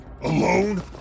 Alone